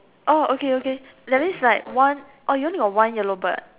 oh okay okay that means like one oh you only got one yellow bird